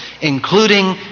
including